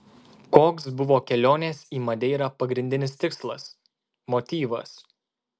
koks buvo kelionės į madeirą pagrindinis tikslas motyvas